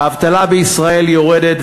האבטלה בישראל יורדת,